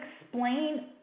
explain